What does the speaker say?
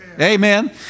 Amen